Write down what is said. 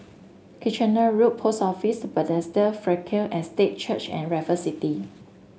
Kitchener Road Post Office Bethesda Frankel Estate Church and Raffle City